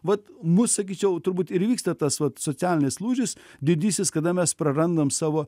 vat mus sakyčiau turbūt ir įvyksta tas vat socialinis lūžis didysis kada mes prarandam savo